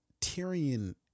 Tyrion